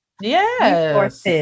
Yes